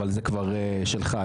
אבל זה כבר שלך.